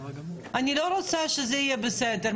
אני לא רוצה שזה יהיה בסתר.